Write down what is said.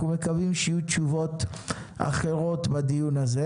אנחנו מקווים שיהיו תשובות אחרות בדיון הזה